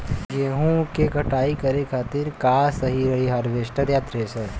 गेहूँ के कटाई करे खातिर का सही रही हार्वेस्टर की थ्रेशर?